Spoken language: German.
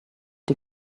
die